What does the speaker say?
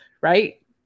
right